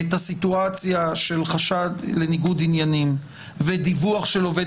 את הסיטואציה של חשד לניגוד עניינים ודיווח של עובד